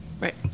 Right